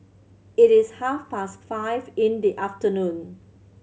it is half past five in the afternoon